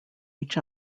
each